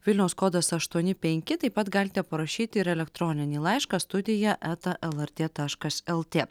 vilniaus kodas aštuoni penki taip pat galite parašyti ir elektroninį laišką studija eta lrt taškas lt